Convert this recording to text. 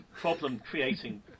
problem-creating